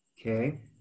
Okay